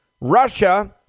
Russia